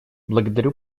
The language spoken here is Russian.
благодарю